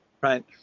right